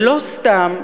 ולא סתם,